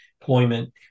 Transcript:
employment